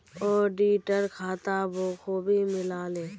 auditor खाता बखूबी मिला ले